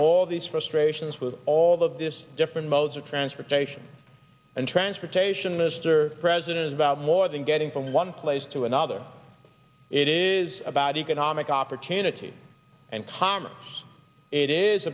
all these frustrations with all of this different modes of transportation and transportation mr president is about more than getting from one place to another it is about economic opportunity and commerce it is